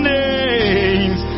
names